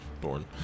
born